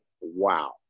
wow